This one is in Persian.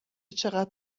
چقدر